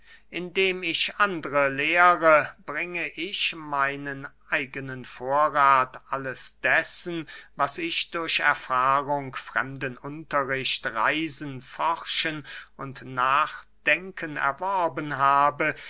indem ich andere lehre bringe ich meinen eigenen vorrath alles dessen was ich durch erfahrung fremden unterricht reisen forschen und nachdenken erworben habe